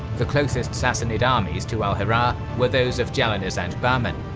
the closest sassanid armies to al-hirah were those of jalinus and bahman.